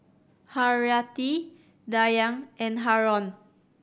Haryati Dayang and Haron